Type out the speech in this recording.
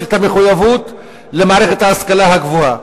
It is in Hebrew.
יש מחויבות למערכת ההשכלה הגבוהה.